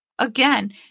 Again